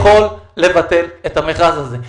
לבטל את המכרז הזה.